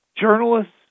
journalists